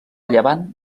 llevant